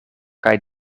kaj